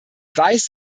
weist